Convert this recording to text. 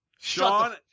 Sean